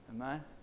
Amen